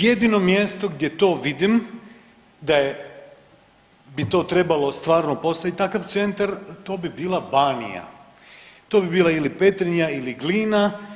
Jedino mjesto gdje to vidim da je bi to trebalo stvarno postoji takav centar to bi bila Banija, to bi bila ili Petrinja ili Glina.